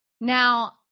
Now